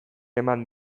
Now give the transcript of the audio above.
eman